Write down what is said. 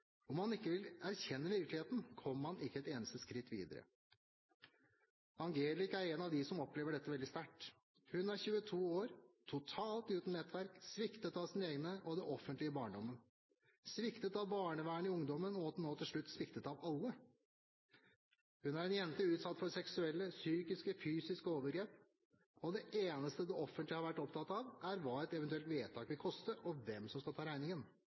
Om man ikke vil erkjenne virkeligheten, kommer man ikke et eneste skritt videre. Angelica er en av dem som opplever dette veldig sterkt. Hun er 22 år, totalt uten nettverk, sviktet av sine egne og det offentlige i barndommen, sviktet av barnevernet i ungdommen, og nå til slutt sviktet av alle. Hun er en jente utsatt for seksuelle, psykiske og fysiske overgrep, og det eneste det offentlige har vært opptatt av, er hva et eventuelt vedtak vil koste, og hvem som skal ta regningen.